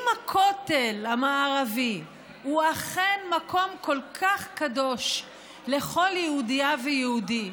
אם הכותל המערבי הוא אכן מקום כל כך קדוש לכל יהודייה ויהודי,